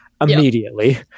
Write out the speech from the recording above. immediately